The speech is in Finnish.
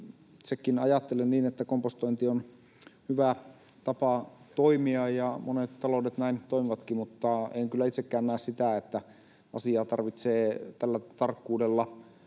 itsekin ajattelen, että kompostointi on hyvä tapa toimia, ja monet taloudet näin toimivatkin, mutta en kyllä itsekään näe, että asiaa tarvitsee tällä tarkkuudella